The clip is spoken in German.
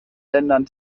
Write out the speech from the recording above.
ländern